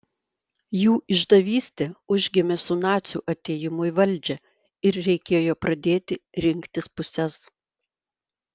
jų išdavystė užgimė su nacių atėjimu į valdžią ir reikėjo pradėti rinktis puses